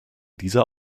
dieser